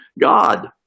God